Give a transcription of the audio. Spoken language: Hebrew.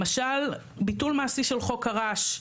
למשל ביטול מעשי של חוק הרעש.